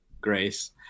grace